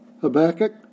Habakkuk